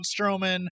Strowman